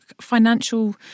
financial